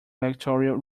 electoral